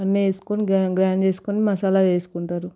అన్ని వేసుకొని గ్రైండ్ చేసుకొని మసాలా వేసుకుంటారు